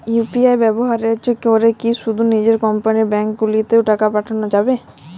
UPI ব্যবহার করে কি শুধু নিজের কোম্পানীর ব্যাংকগুলিতেই টাকা পাঠানো যাবে?